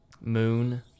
Moon